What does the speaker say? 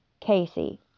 casey